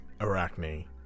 Arachne